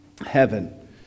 heaven